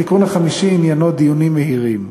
התיקון החמישי עניינו דיונים מהירים.